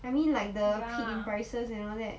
I mean like the prices and all that